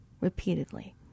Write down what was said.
repeatedly